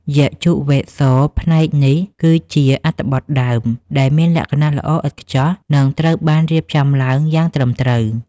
យជុវ៌េទ-ស ផ្នែកនេះគឺជា អត្ថបទដើម ដែលមានលក្ខណៈល្អឥតខ្ចោះ និងត្រូវបានរៀបចំឡើងយ៉ាងត្រឹមត្រូវ។